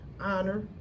honor